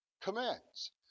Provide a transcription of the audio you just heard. Commands